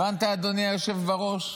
הבנת, אדוני היושב-ראש?